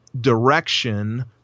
direction